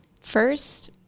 First